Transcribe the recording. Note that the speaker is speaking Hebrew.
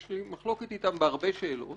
שיש לי מחלוקת אתם בהרבה שאלות,